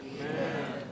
Amen